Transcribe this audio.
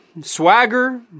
Swagger